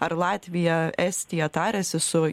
ar latvija estija tariasi su